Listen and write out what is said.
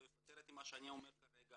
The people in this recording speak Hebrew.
תפטר אותי בעקבות מה שאני אומר כרגע.